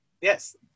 Yes